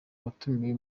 watumiwe